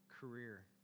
career